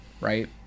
right